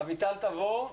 אביטל תבור,